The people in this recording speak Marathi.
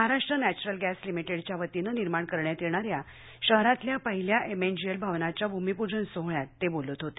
महाराष्ट्र नेंचरल गॅस लिमिटेडच्या वतीनं निर्माण करण्यात येणाऱ्या शहरातल्या पहिल्या एमएनजीएल भवनाच्या भूमीपूजन सोहळ्यात ते बोलत होते